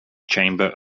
chamber